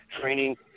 training